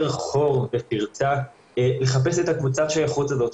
חור ופרצה לחופש את קבוצת השייכות הזאת.